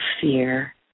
fear